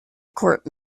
court